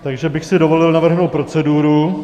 Takže bych si dovolil navrhnout proceduru.